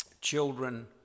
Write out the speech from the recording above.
children